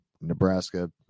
Nebraska